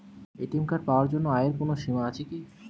ATM card পাওয়ার জন্য আয়ের কোনো সীমা আছে কি?